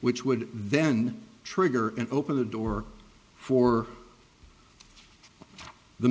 which would then trigger and open the door for the